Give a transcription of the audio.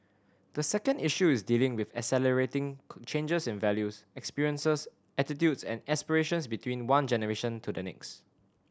the second issue is dealing with accelerating changes in values experiences attitudes and aspirations between one generation to the next